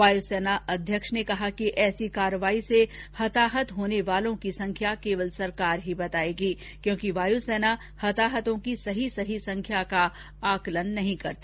वायुसेना अध्यक्ष ने कहा कि ऐसी कार्रवाई से हताहत होने वालों की संख्या केवल सरकार ही बताएगी क्योंकि वायुसेना हताहतों की सही सही संख्या का आकलन नहीं करती